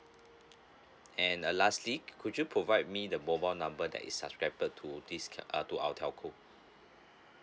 and uh lastly could you provide me the mobile number that is subscribed to this uh to our telco